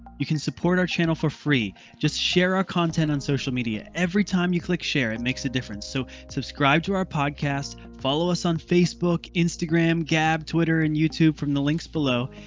you can support our channel for free just share our content on social media every time you click share, it makes a difference. so subscribe to our podcast. follow us on facebook, instagram gab, twitter and youtube from the links below.